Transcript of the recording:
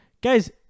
Guys